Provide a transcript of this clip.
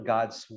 God's